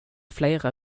flera